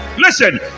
Listen